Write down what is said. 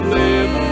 live